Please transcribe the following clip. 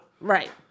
Right